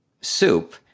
soup